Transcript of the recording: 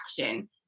action